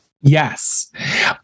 yes